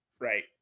right